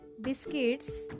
biscuits